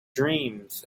dreams